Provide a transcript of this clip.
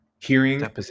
Hearing